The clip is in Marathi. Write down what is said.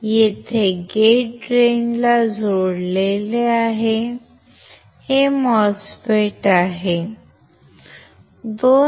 येथे गेट ड्रेन ला जोडलेले आहे हे MOSFET आहे